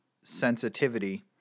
sensitivity